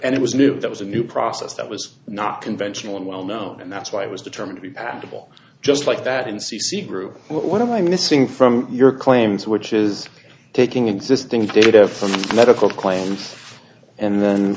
and it was new that was a new process that was not conventional well known and that's why i was determined to be patentable just like that in c c group what am i missing from your claims which is taking existing data from medical claims and then